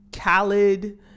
khaled